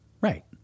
Right